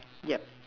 yup